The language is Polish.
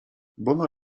bona